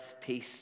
peace